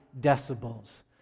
decibels